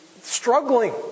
struggling